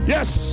Yes